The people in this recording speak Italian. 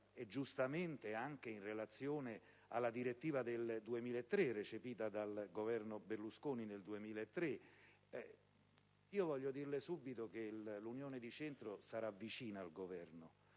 giustamente anche in relazione alla direttiva comunitaria recepita dal Governo Berlusconi nel 2003. Dico subito che l'Unione di Centro sarà vicina al Governo